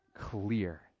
Clear